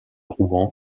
rouen